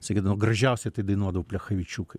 sakydavo gražiausiai tai dainuodavo plechavičiukai